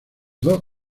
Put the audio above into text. dos